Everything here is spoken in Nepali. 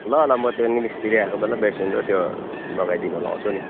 ल ल म त्यहाँ मिस्त्री आएको बेला बेसिन र त्यो लगाइदिन लगाउँछु नि